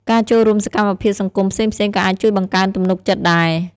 ការចូលរួមសកម្មភាពសង្គមផ្សេងៗក៏អាចជួយបង្កើនទំនុកចិត្តដែរ។